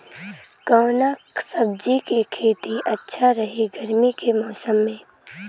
कवना सब्जी के खेती अच्छा रही गर्मी के मौसम में?